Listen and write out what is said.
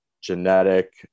genetic